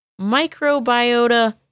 microbiota